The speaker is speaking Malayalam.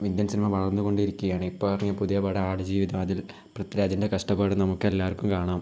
ഇന്ത്യൻ സിനിമ വളർന്ന്കൊണ്ടിരിക്കുകയാണ് ഇപ്പോൾ ഇറങ്ങിയ പുതിയ പടം ആട് ജീവിതം അതിൽ പൃഥ്വിരാജിൻ്റെ കഷ്ടപ്പാട് നമുക്കെല്ലാവർക്കും കാണാം